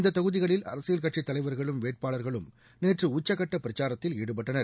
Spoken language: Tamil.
இந்த தொகுதிகளில் அரசியல் கட்சித் தலைவர்களும் வேட்பாளர்களும் நேற்று உச்சக்கட்ட பிரச்சாரத்தில் ஈடுபட்டனர்